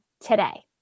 today